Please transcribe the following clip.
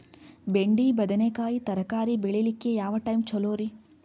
ಬೆಂಡಿ ಬದನೆಕಾಯಿ ತರಕಾರಿ ಬೇಳಿಲಿಕ್ಕೆ ಯಾವ ಟೈಮ್ ಚಲೋರಿ?